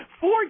Four